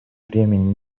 времени